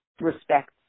respect